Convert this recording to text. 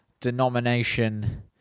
denomination